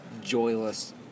joyless